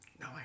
No